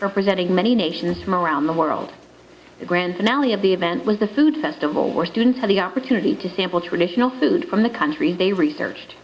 representing many nations from around the world the grand finale of the event was the food festival where students had the opportunity to sample traditional food from the countries they researched